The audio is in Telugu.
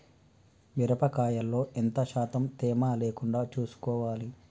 మిరప కాయల్లో ఎంత శాతం తేమ లేకుండా చూసుకోవాలి?